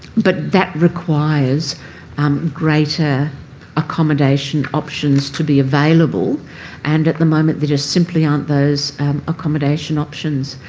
but that requires um greater accommodation options to be available and at the moment there just simply aren't those accommodation options.